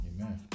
Amen